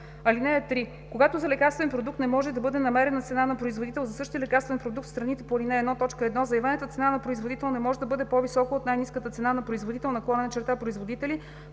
(3) Когато за лекарствен продукт не може да бъде намерена цена на производител за същия лекарствен продукт в страните по ал. 1, т. 1, заявената цена на производител не може да бъде по-висока от най-ниската цена на производител/производители,